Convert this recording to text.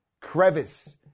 crevice